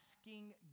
asking